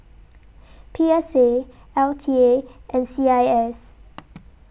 P S A L T A and C I S